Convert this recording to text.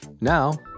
Now